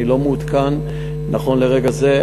אני לא מעודכן נכון לרגע זה,